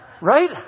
right